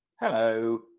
Hello